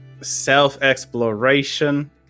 self-exploration